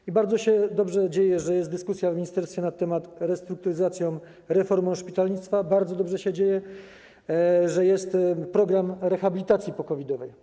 I bardzo dobrze się dzieje, że jest dyskusja w ministerstwie nad restrukturyzacją, reformą szpitalnictwa, bardzo dobrze się dzieje, że jest program rehabilitacji po-COVID-owej.